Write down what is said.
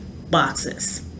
boxes